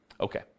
Okay